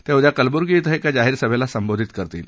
ते उद्या कलबुर्गी इथं एका जाहीर सभेला संबोधित करतील